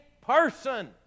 person